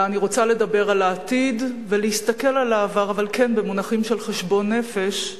אלא אני רוצה לדבר על העתיד ולהסתכל על העבר אבל במונחים של חשבון נפש,